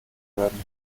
werden